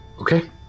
Okay